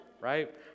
right